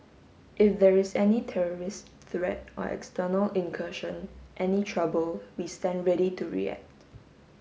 if there is any terrorist threat or external incursion any trouble we stand ready to react